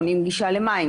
מונעים גישה למים,